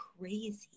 crazy